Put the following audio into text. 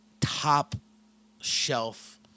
top-shelf